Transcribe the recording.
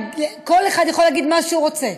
כל אחד יכול להגיד מה שהוא רוצה.